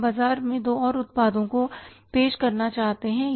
हम बाजार में दो और उत्पादों को पेश करना चाहते हैं